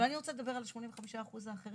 אבל אני רוצה לדבר על 85% האחרים.